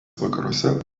vakaruose